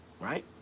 right